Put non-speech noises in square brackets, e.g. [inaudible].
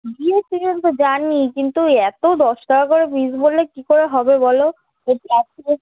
বিয়ের সিজন তো জানি কিন্তু এত দশ টাকা করে পিস বললে কী করে হবে বলো [unintelligible]